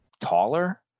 taller